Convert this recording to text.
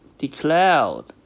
declared